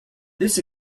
this